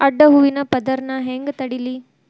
ಅಡ್ಡ ಹೂವಿನ ಪದರ್ ನಾ ಹೆಂಗ್ ತಡಿಲಿ?